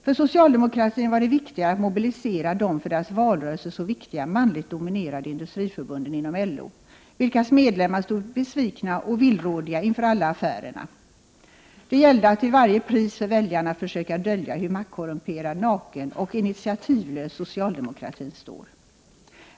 För socialdemokratin var det viktigare att mobilisera de för deras valrörelse så viktiga, manligt dominerade industriförbunden inom LO, vilkas medlemmar stod besvikna och villrådiga inför alla ”affärerna”. Det gällde att till varje pris för väljarna försöka dölja hur maktkorrumperad, naken och initiativlös socialdemokratin står.